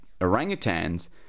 orangutans